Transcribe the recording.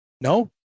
no